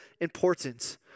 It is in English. important